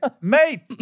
Mate